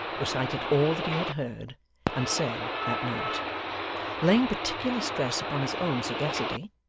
recited all that he had heard and said that night laying particular stress upon his own sagacity,